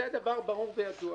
זה דבר ברור וידוע.